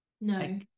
No